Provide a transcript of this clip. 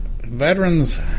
veterans